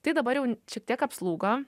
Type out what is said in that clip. tai dabar jau šiek tiek apslūgo